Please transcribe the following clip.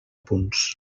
punts